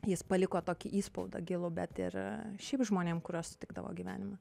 jis paliko tokį įspaudą gilų bet ir šiaip žmonėm kuriuos sutikdavo gyvenime